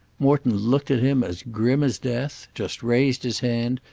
morton looked at him as grim as death, just raised his hand,